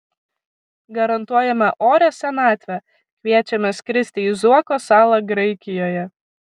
garantuojame orią senatvę kviečiame skristi į zuoko salą graikijoje